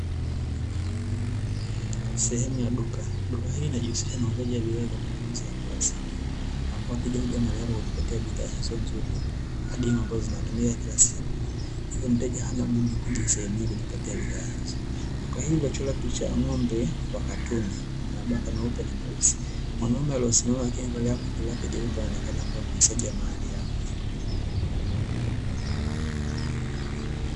Sehemu ya duka. Duka hili linajihusisha na uuzaji wa bidhaa za matumizi ya kila siku ambapo wateja huja mahali hapo kujipatia bidhaa hizo nzuri na adimu ambazo zinazotumika kila siku. Hivyo, mteja hana budi kuja sehemu hii kujipatia bidhaa hizo. Duka hilo limechorwa picha ya ng'ombe wa katuni mwenye mabaka meupe na meusi. Mwanaume aliyesimama akiangalia koti lake jeupe anaonekana kuwa muuzaji wa mahali hapa.